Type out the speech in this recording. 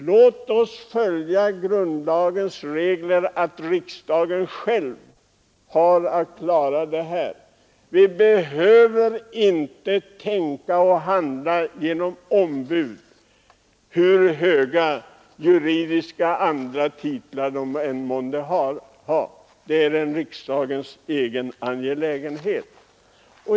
Låt oss följa grundlagens regel att riksdagen själv har att klara det här! Vi behöver inte tänka och handla genom ombud, hur höga juridiska eller andra titlar de än månde ha. Detta är en riksdagens egen angelägenhet.